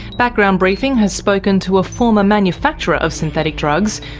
background briefing has spoken to a former manufacturer of synthetic drugs,